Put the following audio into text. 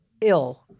ill